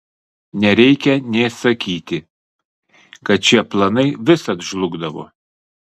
nereikia nė sakyti kad šie planai visad žlugdavo